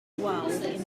wild